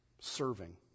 serving